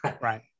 right